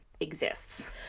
exists